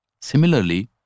Similarly